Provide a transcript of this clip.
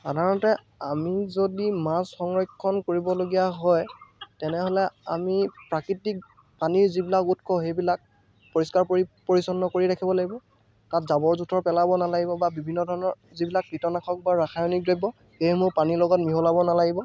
সাধাৰণতে আমি যদি মাছ সংৰক্ষণ কৰিবলগীয়া হয় তেনেহ'লে আমি প্ৰাকৃতিক পানীৰ যিবিলাক উৎস সেইবিলাক পৰিষ্কাৰ পৰি পৰিচ্ছন্ন কৰি ৰাখিব লাগিব তাত জাবৰ জোঁথৰ পেলাব নালাগিব বা বিভিন্ন ধৰণৰ যিবিলাক কীটনাশক বা ৰাসায়নিক দ্ৰব্য সেইসমূহ পানীৰ লগত মিহলাব নালাগিব